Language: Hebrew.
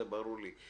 זה ברור לי.